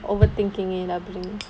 overthinking it அப்டின்னு:apdinnu